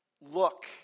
look